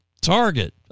target